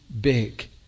big